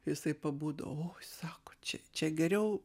jisai pabudo oi sako čia čia geriau